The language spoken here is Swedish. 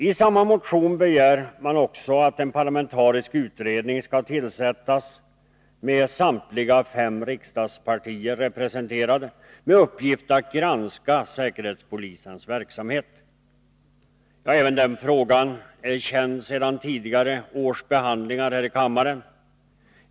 I samma motion begär man också att en parlamentarisk utredning skall tillsättas, med samtliga fem riksdagspartierna representerade och med uppgift att granska säkerhetspolisens verksamhet. Även den frågan är känd sedan tidigare års behandlingar här i kammaren.